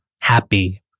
Happy